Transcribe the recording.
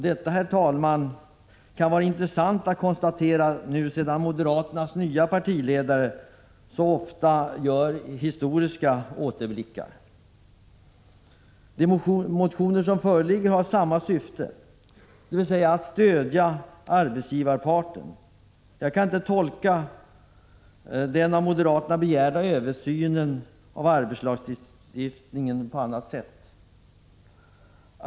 Detta, herr talman, kan vara intressant att konstatera nu sedan moderaterna fått en partiledare som ofta vill göra historiska återblickar. De motioner som nu föreligger har samma syfte, dvs. att stödja arbetsgivarparten. Jag kan inte tolka den av moderaterna begärda översynen av arbetstidslagstiftningen på annat sätt.